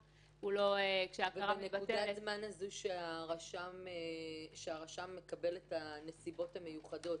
בנקודת הזמן הזאת שהרשם מקבל את הנסיבות המיוחדות,